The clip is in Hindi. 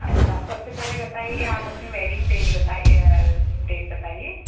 अच्छा सबसे पहले बताइए आप अपनी वेडिंग डेट बताइ डेट बताइए